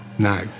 now